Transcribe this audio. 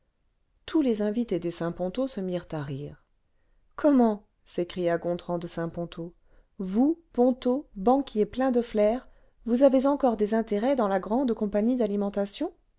tous les invités des saint ponto se mirent à rire ce comment s'écria gontran de saint ponto vous ponto banquier plein de flair vous avez encore des intérêts dans la grande compagnie d'alimentation